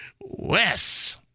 Wes